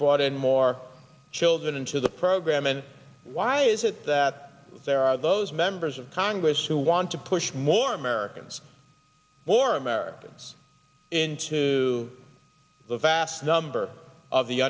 brought in more children into the program and why is it that there are those members of congress who want to push more americans born americans into the vast number of the